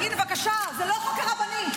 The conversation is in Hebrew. הינה, בבקשה, זה לא חוק הרבנים.